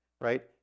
right